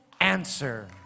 answer